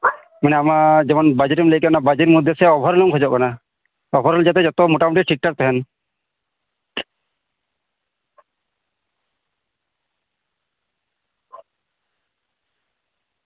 ᱢᱟᱱᱮ ᱟᱢᱟᱜ ᱚᱱᱟ ᱵᱟᱡᱮᱴᱮᱢ ᱞᱟᱹᱭ ᱠᱮᱫ ᱚᱱᱟ ᱵᱟᱡᱮᱴ ᱢᱚᱫᱽᱫᱷᱮ ᱥᱮ ᱚᱠᱟᱴᱟᱜ ᱮᱢ ᱠᱷᱚᱡᱚᱜ ᱠᱟᱱᱟ ᱯᱟᱨᱯᱷᱚᱨᱢᱮᱱᱥ ᱡᱮᱢᱚᱱ ᱢᱳᱴᱟᱢᱩᱴᱤ ᱴᱷᱤᱠᱼᱴᱷᱟᱠ ᱛᱟᱦᱮᱸᱱ